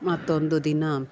ಮತ್ತೊಂದು ದಿನ